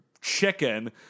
chicken